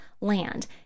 land